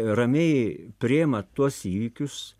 ramiai priima tuos įvykius